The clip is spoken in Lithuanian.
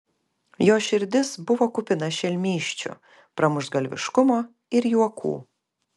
jo širdis buvo kupina šelmysčių pramuštgalviškumo ir juokų